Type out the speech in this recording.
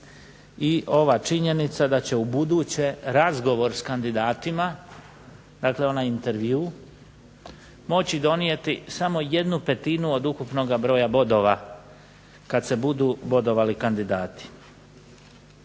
i ova činjenica da će ubuduće razgovor s kandidatima, dakle onaj intervju moći donijeti samo jednu petinu od ukupnoga broja bodova kad se budu bodovali kandidati.